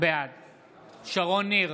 בעד אורית מלכה סטרוק, בעד בצלאל סמוטריץ'